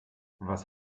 was